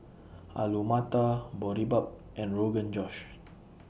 Alu Matar Boribap and Rogan Josh